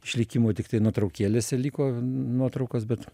išlikimo tiktai nuotraukėlėse liko nuotraukos bet